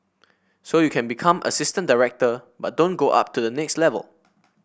so you can become assistant director but don't go up to the next level